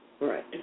Right